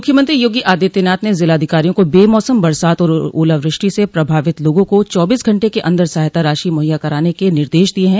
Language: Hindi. मुख्यमंत्री योगी आदित्यनाथ ने ज़िलाधिकारियों को बेमौसम बरसात और ओलावृष्टि से प्रभावित लोगों को चौबीस घंटे के अन्दर सहायता राशि मुहैया कराने के निर्देश दिये हैं